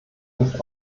nicht